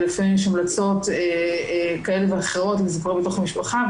ולפעמים יש המלצות כאלו ואחרות אם זה קורה בתוך המשפחה,